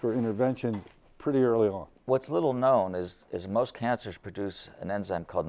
for intervention pretty early on what's little known as is most cancers produce an enzyme called